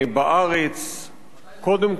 קודם כול בשכונות דרום תל-אביב,